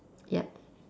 yup